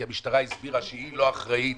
כי המשטרה הסבירה שהיא לא אחראית